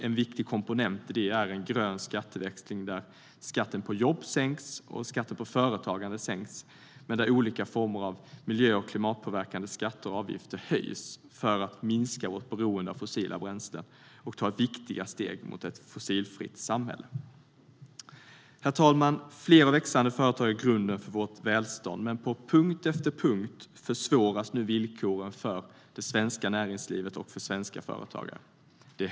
En viktig komponent i det är en grön skatteväxling, där skatten på jobb och skatten på företagande sänks, men där olika former av miljö och klimatpåverkande skatter och avgifter höjs för att minska vårt beroende av fossila bränslen och ta viktiga steg mot ett fossilfritt samhälle. Herr talman! Fler och växande företag är grunden för vårt välstånd. Men på punkt efter punkt försvåras nu villkoren för det svenska näringslivet och för svenska företagare.